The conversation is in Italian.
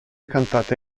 cantata